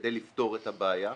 כדי לפתור את הבעיה.